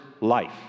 life